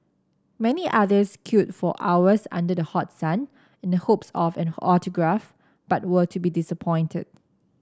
many others queued for hours under the hot sun in the hopes of an autograph but were to be disappointed